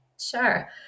Sure